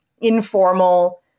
informal